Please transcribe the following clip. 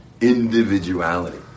individuality